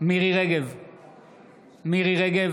מירי מרים רגב,